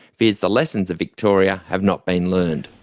fears the lessons of victoria have not been learned.